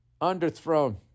Underthrown